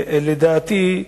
לדעתי,